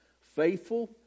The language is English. Faithful